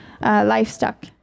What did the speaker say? livestock